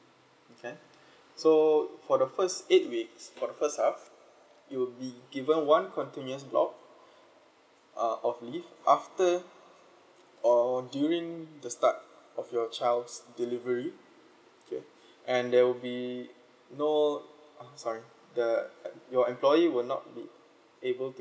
okay so for the first eight weeks for the first half you will be given one continuous block uh of leave after or during the start of your child's delivery okay and there will be no uh sorry the uh your employee will not be able to